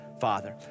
Father